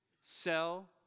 Sell